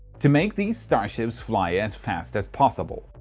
to make these starships fly as fast as possible.